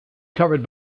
covered